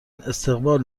استقبال